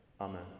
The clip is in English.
Amen